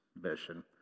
mission